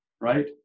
right